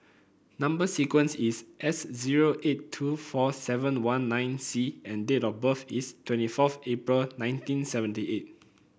number sequence is S zero eight two four seven one nine C and date of birth is twenty fourth April nineteen seventy eight